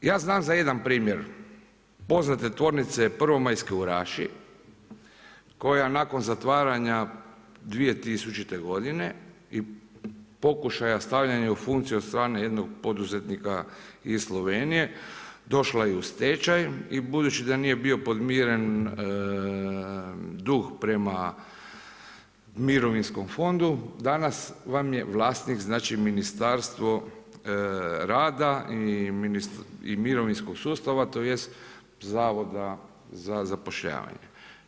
Ja znam za jedan primjer, poznate tvornice prvomajske u Raši koja nakon zatvaranja 2000. godine i pokušaja stavljanja u funkciju od strane jednog poduzetnika iz Slovenije, došla je u stečaj i budući da nije bio podmiren dug prema mirovinskom fondu, danas vam je vlasnik Ministarstvo rada i mirovinskog sustava tj. Zavod za zapošljavanje.